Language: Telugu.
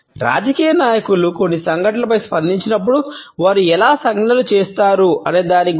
రాజకీయ నాయకులు కొన్ని సంఘటనలపై స్పందించినప్పుడు వారు ఎలా సంజ్ఞలు చేస్తారు అనే దాని గురించి